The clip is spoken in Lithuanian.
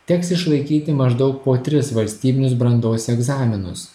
teks išlaikyti maždaug po tris valstybinius brandos egzaminus